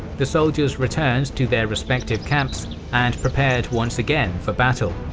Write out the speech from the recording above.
the soldiers returned to their respective camps and prepared once again for battle.